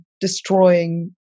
destroying